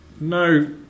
No